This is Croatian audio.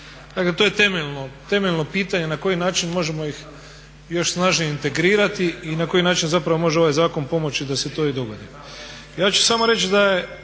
Dakle to je temeljno pitanje na koji način možemo ih još snažnije integrirati i na koji način zapravo može ovaj zakon pomoći da se to i dogodi.